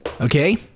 Okay